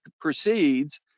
proceeds